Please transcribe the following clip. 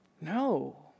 No